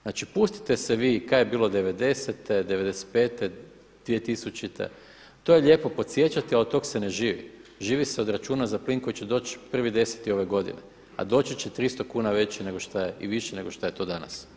Znači pustite se vi šta je bilo '90.-te, '95., 2000., to je lijepo podsjećati ali od toga se ne živi, živi se od računa za plin koji će doći 1.10. ove godine a doći će 300 kuna veći nego šta je i viši nego što je to danas.